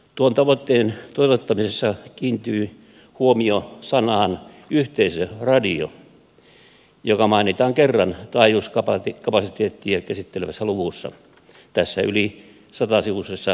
tuon tavoitteen toteuttamisessa kiinnittyy huomio sanaan yhteisöradio joka mainitaan kerran taajuuskapasiteettia käsittelevässä luvussa tässä yli satasivuisessa selonteossa